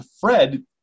Fred